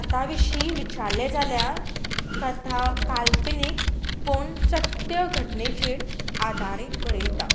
कथा विशीं विचारलें जाल्यार कथा काल्पनीक पूण सत्य घटनेचेर आधारीत बरयता